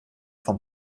vom